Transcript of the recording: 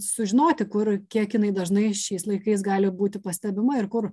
sužinoti kur kiek kinai dažnai šiais laikais gali būti pastebima ir kur